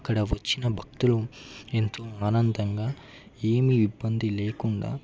అక్కడ వచ్చిన భక్తులు ఎంతో ఆనందంగా ఏమి ఇబ్బంది లేకుండా